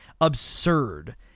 absurd